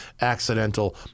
accidental